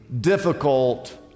difficult